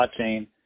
blockchain